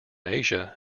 asia